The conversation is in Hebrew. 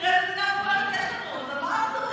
תראה איזה מדינה מפוארת יש לנו, אז על מה מדברים?